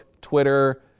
Twitter